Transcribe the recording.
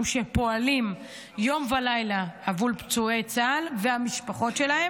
שפועלים יום ולילה עבור פצועי צה"ל והמשפחות שלהם,